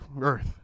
earth